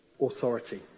authority